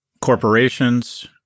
corporations